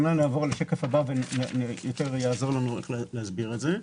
נעבור לשקף הבא וזה יעזור לנו להסביר את זה.